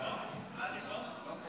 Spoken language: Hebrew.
הוא לא פה.